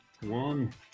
One